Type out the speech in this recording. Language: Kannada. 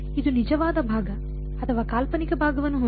ಇದು ನಿಜವಾದ ಭಾಗ ಅಥವಾ ಕಾಲ್ಪನಿಕ ಭಾಗವನ್ನು ಹೊಂದಿದೆ